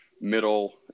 middle